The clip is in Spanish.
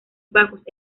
bajos